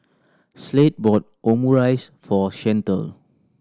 Slade bought Omurice for Shantell